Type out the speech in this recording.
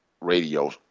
radio